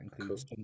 includes